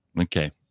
Okay